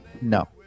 No